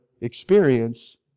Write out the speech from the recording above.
experience